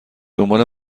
دنبال